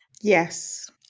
Yes